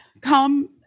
come